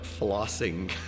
flossing